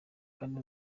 kane